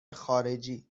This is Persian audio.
خارجی